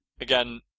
Again